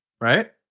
right